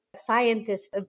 scientists